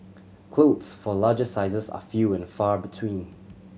clothes for larger sizes are few and far between